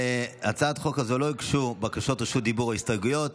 להצעת חוק זו לא הוגשו בקשות רשות דיבור והסתייגות.